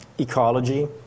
ecology